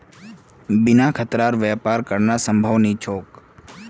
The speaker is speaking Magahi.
बिना खतरार व्यापार करना संभव नी छोक